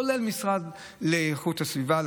כולל המשרד לאיכות הסביבה,